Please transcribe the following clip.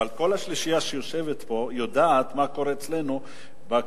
אבל כל השלישייה שיושבת פה יודעת מה קורה אצלנו בכפרים,